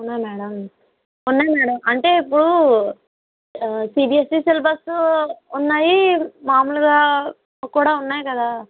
అవునా మేడం ఉన్నాయి మేడం అంటే ఇప్పుడు సీబీఎస్ఈ సిలబస్ ఉన్నాయి మామూలుగా కూడా ఉన్నాయి కదా